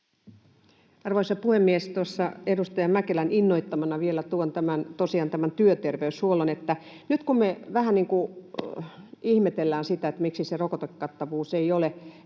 Arvoisa puhemies! Tuossa edustaja Mäkelän innoittamana vielä tuon tosiaan tämän työterveyshuollon. Nyt kun me vähän ihmetellään sitä, miksi se rokotekattavuus ei ole